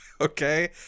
Okay